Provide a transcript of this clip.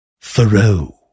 Thoreau